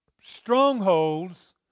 strongholds